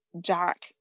Jack